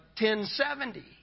1070